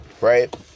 right